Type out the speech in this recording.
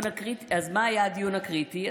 אז מה היה הדיון הקריטי?